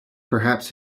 perhaps